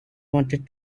wanted